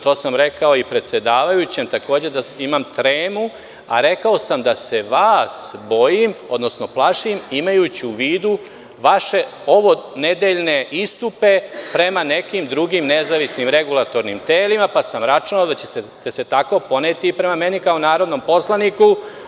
To sam rekao i predsedavajućem, takođe, da imam tremu, a rekao sam da se vas bojim, odnosno plašim, imajući u vidu vaše ovonedeljne istupe prema nekim drugim nezavisnim regulatornim telima, pa sam računao da ćete se tako poneti i prema meni, kao narodnom poslaniku.